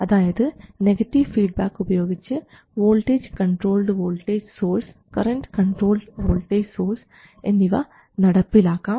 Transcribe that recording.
അതായത് negative feedback ഉപയോഗിച്ച് voltage controlled voltage source current controlled voltage source എന്നിവ നടപ്പിലാക്കാം